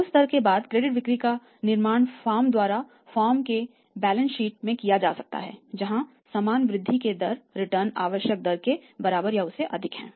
उस स्तर के बाद क्रेडिट बिक्री का निर्माण फर्म द्वारा फर्म की बैलेंस शीट में किया जा सकता है जहां समान वृद्धि की दर रिटर्न आवश्यक दर के बराबर या उससे अधिक है